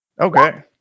Okay